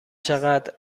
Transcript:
چقدر